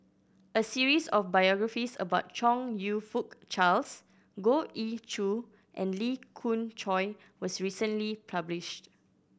a series of biographies about Chong You Fook Charles Goh Ee Choo and Lee Khoon Choy was recently published